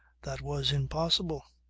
that was impossible.